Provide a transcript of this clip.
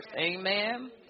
Amen